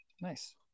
Nice